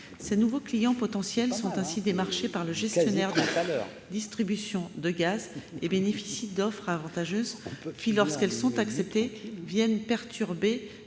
Ces nouveaux clients potentiels sont ainsi démarchés par le gestionnaire de distribution de gaz et bénéficient d'offres avantageuses, qui, lorsqu'elles sont acceptées, viennent perturber